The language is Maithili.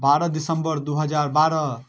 बारह दिसम्बर दुइ हजार बारह